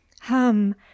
hum